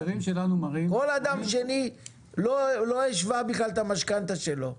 כל אדם שני לא השווה בכלל את המשכנתא שלו,